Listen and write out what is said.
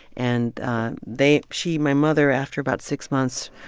and they she my mother, after about six months,